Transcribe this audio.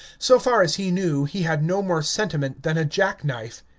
so far as he knew, he had no more sentiment than a jack-knife.